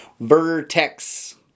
vertex